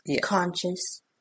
conscious